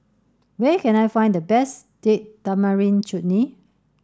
where can I find the best Date Tamarind Chutney